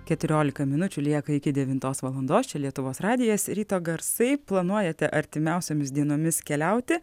keturiolika minučių lieka iki devintos valandos čia lietuvos radijas ryto garsai planuojate artimiausiomis dienomis keliauti